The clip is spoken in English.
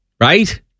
right